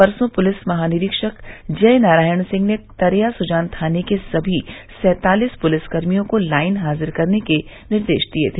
परसों पुलिस महानिरीक्षक जयनारायण सिंह ने तरया सुजान थाने के सभी सैतालीस पुलिसकर्मियों को लाईन हाजिर करने का निर्देश दिया था